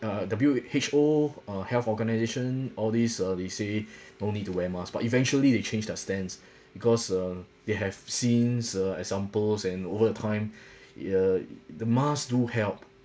uh W_H_O uh health organisation all these uh they say don't need to wear mask but eventually they change their stance because uh they have seen uh examples and over a time err the mask do help